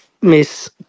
Miss